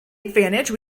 advantage